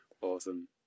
Awesome